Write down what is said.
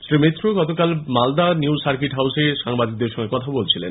শ্রীমিত্র গতকাল সকালে Malda new circuit হাউসে সাংবাদিকদের সঙ্গে কথা বলছিলেন